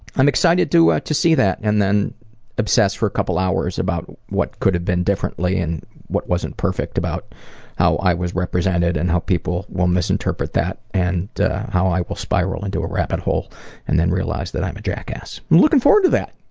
i'm excited to ah to see that and then obsess for a couple hours about what could have been different and what wasn't perfect about how i was represented and how people will misinterpret that and how i will spiral into a rabbit hole and then realize that i'm a jackass. i'm looking forward to that!